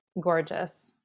gorgeous